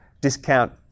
discount